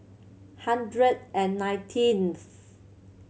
hundred and nineteenth